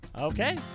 Okay